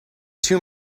two